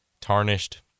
tarnished